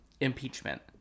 impeachment